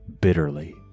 bitterly